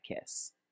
kiss